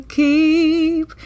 keep